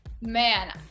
Man